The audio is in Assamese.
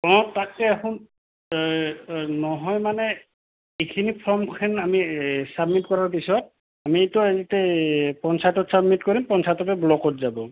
অঁ তাতকে এখোন নহয় মানে এইখিনি ফৰ্মখন আমি চাবমিট কৰাৰ পিছত আমিতো এনেকে পঞ্চায়তত চাবমিট কৰিম পঞ্চায়তৰ পেৰে ব্লকত যাব